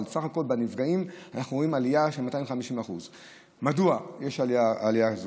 אבל בסך הכול בנפגעים אנחנו רואים עלייה של 250%. מדוע יש עלייה כזאת?